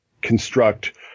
construct